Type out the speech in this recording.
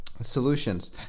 Solutions